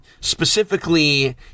specifically